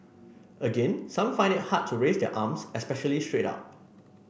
again some find it hard to raise their arms especially straight up